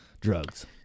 drugs